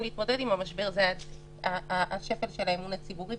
להתמודד עם המשבר זה השפל של האמון הציבורי,